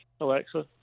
Alexa